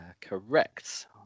Correct